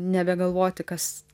nebegalvoti kas